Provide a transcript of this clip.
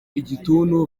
igituntu